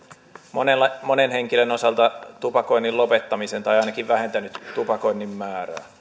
monen monen henkilön osalta tupakoinnin lopettamisen tai ainakin vähentänyt tupakoinnin määrää